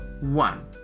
one